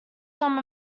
some